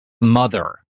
mother